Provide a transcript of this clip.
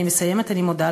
אני מבקשת